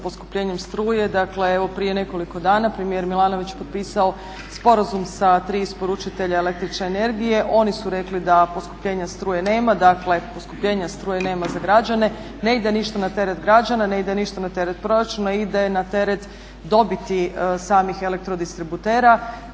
poskupljenjem struje. Dakle, evo prije nekoliko dana premijer Milanović je potpisao sporazum sa tri isporučitelja električne energije. Oni su rekli da poskupljenja struje nema, dakle poskupljenja struje nema za građane, ne ide ništa na teret građana, ne ide ništa na teret proračuna. Ide na teret dobiti samih elektrodistributera.